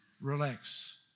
Relax